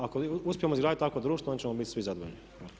Ako uspijemo izgraditi takvo društvo, onda ćemo biti svi zadovoljni.